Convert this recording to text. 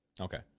Okay